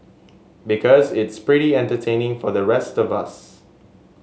because it's pretty entertaining for the rest of us